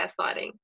gaslighting